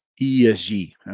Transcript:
ESG